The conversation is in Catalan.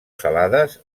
salades